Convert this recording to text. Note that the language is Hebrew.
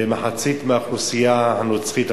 ומחצית מהאוכלוסייה הנוצרית,